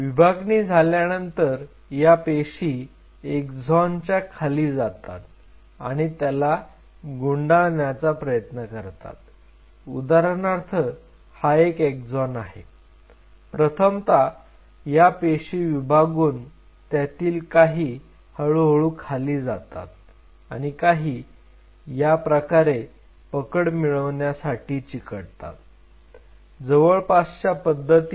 विभागणी झाल्यानंतर या पेशी एकझोनच्या खाली जातात आणि त्याला गुंडाळण्याचा प्रयत्न करतात उदाहरणार्थ हा एकझोन आहे प्रथमता या पेशी विभागून त्यातील काही हळूहळू खाली जातात आणि काही या प्रकारे पकड मिळवण्यासाठी चिकटतात जवळपासच्या पद्धतीने